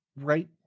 Right